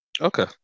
Okay